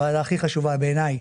הוועדה הכי חשובה בעיניי,